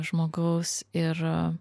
žmogaus ir